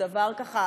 הוא דבר ככה